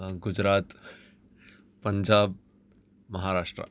Gujarat Punjab Maharashtra